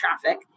traffic